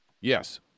Yes